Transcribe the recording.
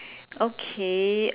okay